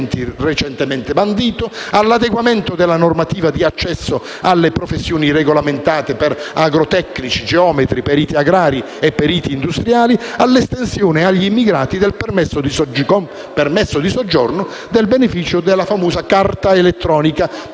recentemente bandito; dall'adeguamento della normativa di accesso alle professioni regolamentate per agrotecnici, geometri, periti agrari e periti industriali all'estensione agli immigrati con permesso di soggiorno del beneficio della famosa carta elettronica con